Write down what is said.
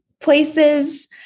places